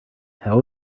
how